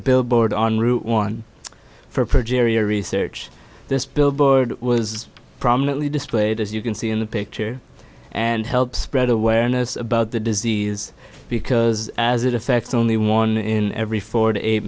billboard on route one for progeria research this billboard was prominently displayed as you can see in the picture and help spread awareness about the disease because as it affects only one in every forty eight